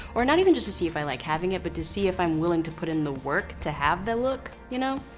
or not even just to see if i like having it, but to see if i'm willing to put in the work to have the look. you know?